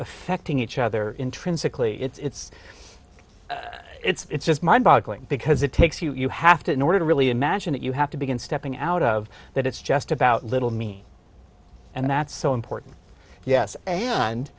affecting each other intrinsically it's it's just mind boggling because it takes you have to in order to really imagine it you have to begin stepping out of that it's just about little me and that's so important yes and